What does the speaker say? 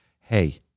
Hey